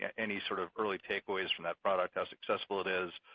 any sort of early takeaways from that product, how successful it is?